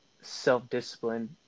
self-discipline